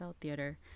Theater